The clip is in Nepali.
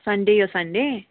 सन्डे यो सन्डे